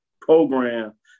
program